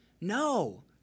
No